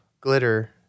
glitter